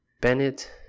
bennett